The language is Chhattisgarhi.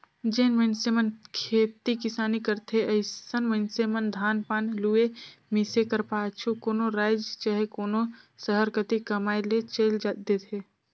जेन मइनसे मन खेती किसानी करथे अइसन मइनसे मन धान पान लुए, मिसे कर पाछू कोनो राएज चहे कोनो सहर कती कमाए ले चइल देथे